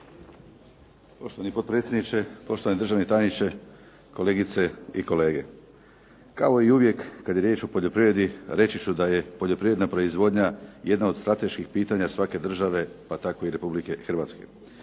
Poštovani potpredsjedniče, poštovani državni tajniče, kolegice i kolege. Kao i uvijek kad je riječ o poljoprivredi reći ću da je poljoprivredna proizvodnja jedna od strateških pitanja svake države pa tako i Republike Hrvatske.